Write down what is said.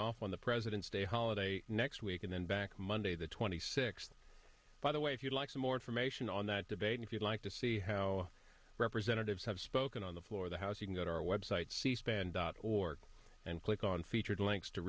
off on the president's day holiday next and then back monday the twenty sixth by the way if you'd like more information on that debate if you'd like to see how representatives have spoken on the floor of the house you can go to our website c span dot org and click on featured links to